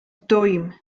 dwym